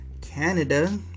Canada